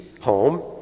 home